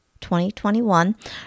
2021